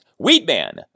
Weedman